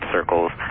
circles